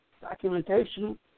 documentation